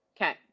Okay